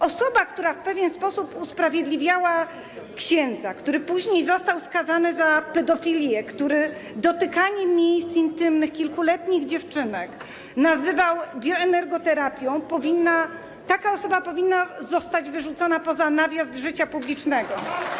Osoba, która w pewien sposób usprawiedliwiała księdza, który później został skazany za pedofilię, który dotykanie miejsc intymnych kilkuletnich dziewczynek nazywał bioenergoterapią, powinna zostać wyrzucona poza nawias życia publicznego.